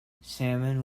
salmon